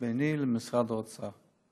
ביני למשרד האוצר.